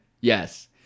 yes